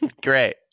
Great